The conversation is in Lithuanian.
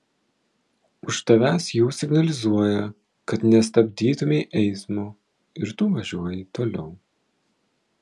už tavęs jau signalizuoja kad nestabdytumei eismo ir tu važiuoji toliau